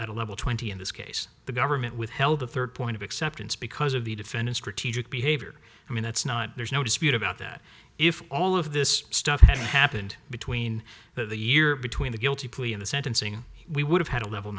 with a level twenty in this case the government withheld a third point of acceptance because of the defendant strategic behavior i mean that's not there's no dispute about that if all of this stuff had happened between the year between the guilty plea in the sentencing we would have had a level